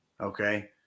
Okay